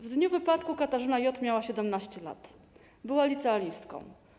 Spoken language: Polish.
W dniu wypadku Katarzyna J. miała 17 lat, była licealistką.